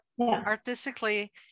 artistically